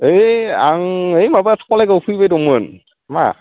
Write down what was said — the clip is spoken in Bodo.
ओइ आं ओइ माबा कलायगावआव फैबाय दंमोन मा